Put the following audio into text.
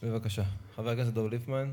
בבקשה, חבר הכנסת דב ליפמן.